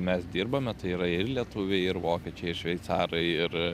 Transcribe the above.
mes dirbame tai yra ir lietuviai ir vokiečiai šveicarai ir